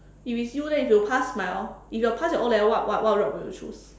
if it's you leh if you pass by a lot if you pass your O-level what what route will you choose